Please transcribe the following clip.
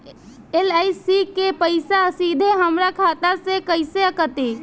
LIC के पईसा सीधे हमरा खाता से कइसे कटी?